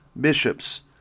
bishops